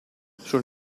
sul